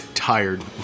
Tired